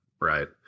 right